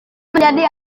menjadi